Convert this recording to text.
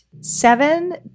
seven